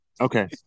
okay